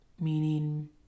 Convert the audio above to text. meaning